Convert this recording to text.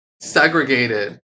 segregated